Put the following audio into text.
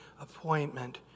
appointment